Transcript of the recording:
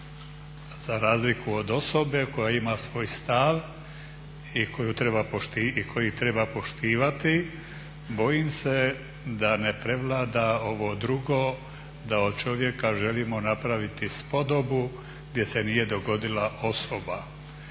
za razliku od osobe koja ima svoj stav i koji treba poštivati, bojim se da ne prevlada ovo drugo da od čovjeka želimo napraviti spodobu gdje se nije dogodila osoba.